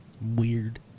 Weird